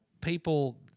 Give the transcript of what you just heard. people